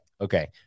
okay